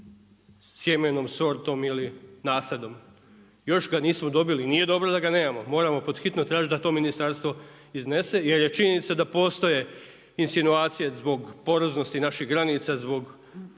sjemenom, sortom ili nasadom. Još ga nismo dobili, nije dobro da ga nemamo, moramo pod hitno tražiti da to ministarstvo iznese jer je činjenica da postoje insinuacije zbog poroznosti naših granica, zbog